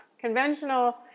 conventional